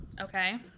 Okay